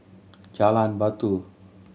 Jalan Batu